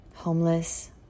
homeless